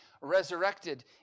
resurrected